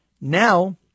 Now